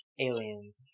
Aliens